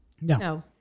No